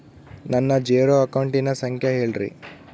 ನನ್ನ ಜೇರೊ ಅಕೌಂಟಿನ ಸಂಖ್ಯೆ ಹೇಳ್ರಿ?